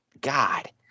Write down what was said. God